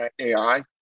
AI